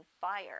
fire